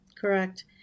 Correct